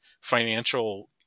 financial